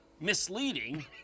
misleading